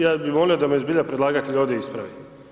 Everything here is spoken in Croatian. Ja bih volio da me zbilja predlagatelj ovdje ispravi.